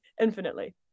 infinitely